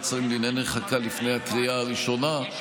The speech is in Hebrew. שרים לענייני חקיקה לפני הקריאה הראשונה.